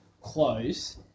close